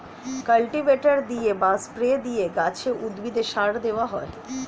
cultivator দিয়ে বা spray দিয়ে গাছে, উদ্ভিদে সার দেওয়া হয়